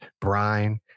brine